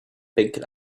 picked